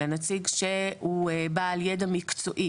אלא נציג שהוא בעל ידע מקצועי.